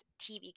TV